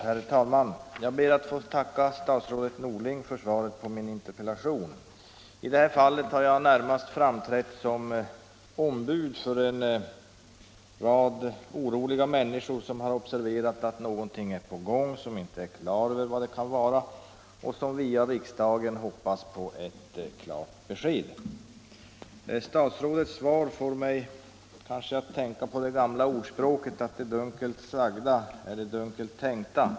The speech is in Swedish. Herr talman! Jag ber att få tacka statsrådet Norling för svaret på min interpellation. I det här fallet har jag närmast varit ombud för en rad oroliga människor som har observerat att något är på gång och som via riksdagen hoppas få ett klart besked. Statsrådets svar får mig att tänka på det gamla talesättet ”Det dunkelt sagda är det dunkelt tänkta”.